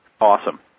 Awesome